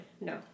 No